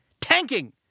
Tanking